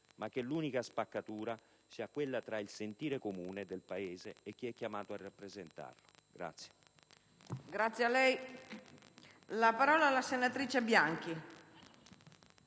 ma che l'unica spaccatura sia tra il sentire comune del Paese e chi è chiamato a rappresentarlo*.